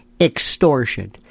extortion